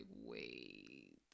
wait